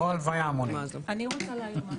אני מבקשת להעיר משהו.